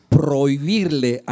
prohibirle